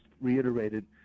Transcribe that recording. reiterated